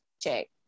check